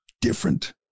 different